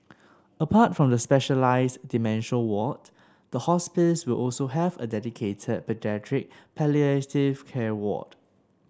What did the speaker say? apart from the specialised dementia ward the hospice will also have a dedicated paediatric palliative care ward